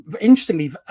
interestingly